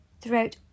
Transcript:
throughout